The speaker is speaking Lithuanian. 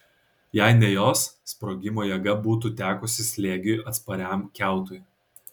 jei ne jos sprogimo jėga būtų tekusi slėgiui atspariam kiautui